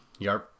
Yarp